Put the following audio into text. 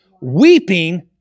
weeping